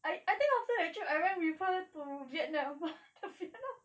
I I think after the trip I went with her to vietnam to vietnam